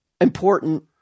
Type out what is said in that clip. important